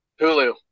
Hulu